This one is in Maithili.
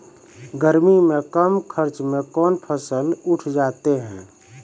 गर्मी मे कम खर्च मे कौन फसल उठ जाते हैं?